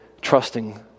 trusting